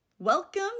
Welcome